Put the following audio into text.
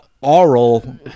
aural